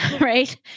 right